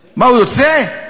מה, הוא יוצא?